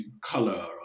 color